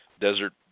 desert